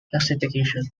classification